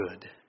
good